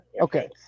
okay